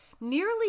nearly